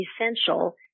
essential